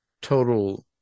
total –